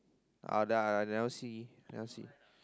uh that I I never see never see